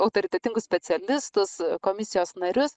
autoritetingus specialistus komisijos narius